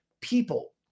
people